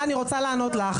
אני רוצה לענות לך.